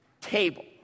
table